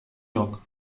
yok